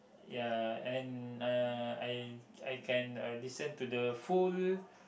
ya and uh I I can uh listen to the full